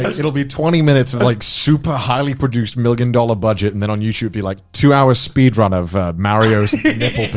it'll be like twenty minutes of like super, highly produced million dollar budget, and then on youtube would be like two hours speed run of mario's nipple.